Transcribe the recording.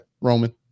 Roman